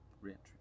Re-entry